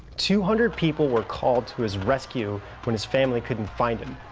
two hundred people were called to his rescue when his family couldn't find him.